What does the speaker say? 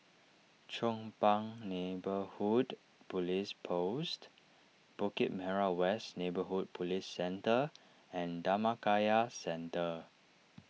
Chong Pang Neighbourhood Police Post Bukit Merah West Neighbourhood Police Centre and Dhammakaya Centre